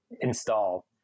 install